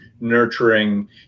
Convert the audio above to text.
nurturing